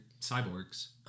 cyborgs